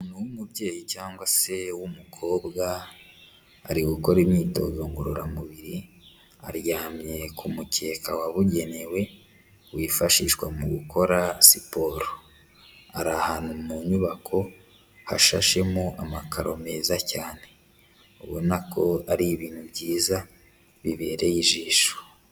Umuntu w'umubyeyi cyangwa se w'umukobwa ari gukora imyitozo ngororamubiri, aryamye ku mukeka wabugenewe wifashishwa mu gukora siporo. Ari ahantu mu nyubako hashashemo amakaro meza cyane. Ubona ko ari ibintu byiza bibereye ijisho.